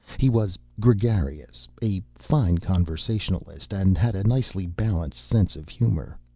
he was gregarious, a fine conversationalist, and had a nicely-balanced sense of humor.